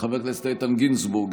חבר הכנסת יעקב מרגי,